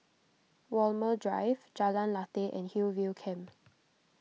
Walmer Drive Jalan Lateh and Hillview Camp